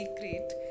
secret